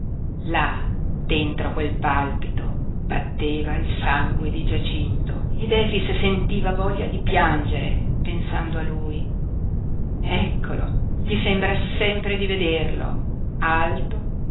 là dentro a quel palpito batteva il sangue di giacinto ed efix sentiva voglia di piangere pensando a lui eccolo gli sembra sempre di vederlo alto